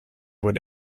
would